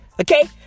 Okay